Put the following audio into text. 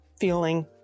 feeling